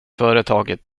företaget